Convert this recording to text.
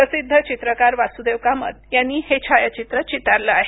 प्रसिद्ध चित्रकार वासुदेव कामत यांनी हे छायाचित्र चितारलं आहे